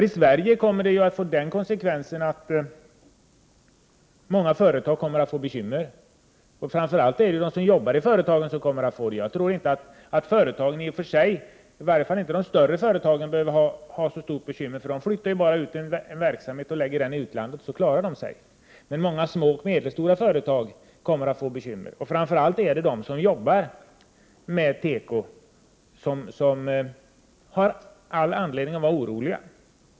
I Sverige kommer de ju att få till konsekvens att många företag får bekymmer, framför allt kommer de som arbetar i företagen att drabbas. Jag tror inte att företagen i och för sig, i varje fall inte de större företagen, får så stora problem. De flyttar ju bara sin verksamhet till utlandet, och då klarar de sig. Men många små och medelstora företag kommer att få bekymmer. Framför allt har de som arbetar med tekoprodukter all anledning att vara oroliga.